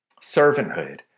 Servanthood